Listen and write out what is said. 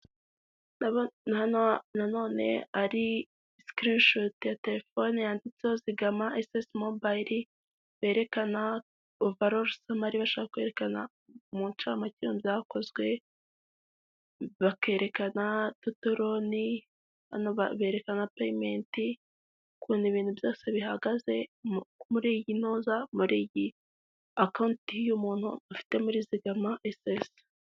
Ndabona hano nanone ari screenshoot ya telefone yanditseho zigama Css mobile berekana over roll bashaka kwerekana mu ncamake ibintu byakozwe bakerekana total roni berekana payment ukuntu ibintu byose bihagaze muri iyi acount yuyu muntu afite muri zigama Css.